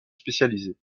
spécialisée